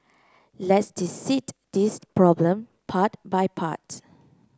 let's dissect this problem part by part